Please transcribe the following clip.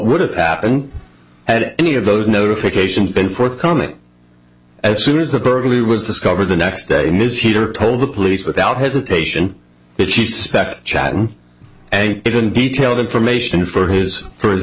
would have appen had any of those notifications been forthcoming as soon as the berkeley was discovered the next day ms heater told the police without hesitation that she suspected chatting and even detailed information for his for his